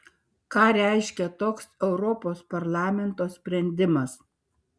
ką reiškia toks europos parlamento sprendimas